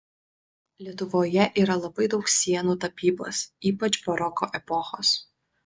lietuvoje yra labai daug sienų tapybos ypač baroko epochos